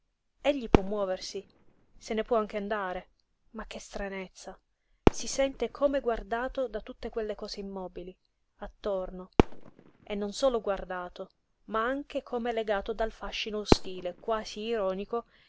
egli può muoversi se ne può anche andare ma che stranezza si sente come guardato da tutte quelle cose immobili attorno e non solo guardato ma anche come legato dal fascino ostile quasi ironico